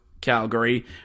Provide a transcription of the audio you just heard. Calgary